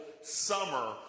summer